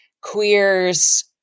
queers